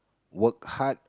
work hard